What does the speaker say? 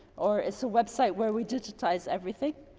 or it's a website where we digitize everything.